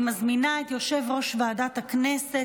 אני מזמינה את יושב-ראש ועדת הכנסת,